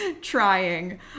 trying